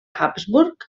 habsburg